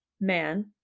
man